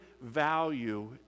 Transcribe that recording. value